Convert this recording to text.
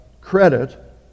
credit